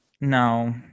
No